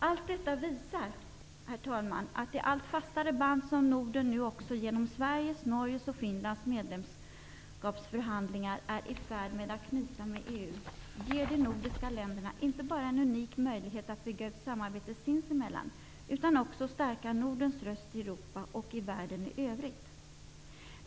Allt detta visar, herr talman, att de allt fastare band som Norden nu också genom Sveriges, Norges och Finlands medlemskapsförhandlingar är i färd att knyta med EU, ger de nordiska länderna inte bara en unik möjlighet att bygga ut ett samarbete sinsemellan utan också en möjlighet att stärka Nordens röst i Europa och i världen i övrigt.